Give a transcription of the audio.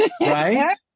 right